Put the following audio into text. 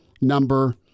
number